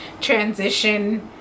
transition